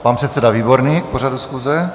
Pan předseda Výborný k pořadu schůze.